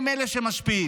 הם אלה שמשפיעים.